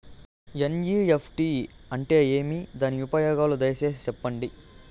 NEFT అంటే ఏమి? దాని ఉపయోగాలు దయసేసి సెప్పండి?